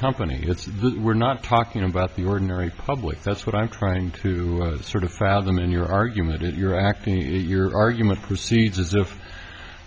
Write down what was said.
company it's we're not talking about the ordinary public that's what i'm trying to sort of fathom in your argument is your act your argument proceeds as if